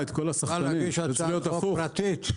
אולי נגיש הצעת חוק פרטית?